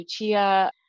Lucia